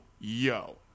yo